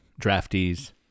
draftees